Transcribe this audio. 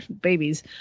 babies